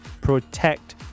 protect